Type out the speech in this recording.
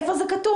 איפה זה כתוב?